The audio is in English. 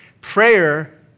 Prayer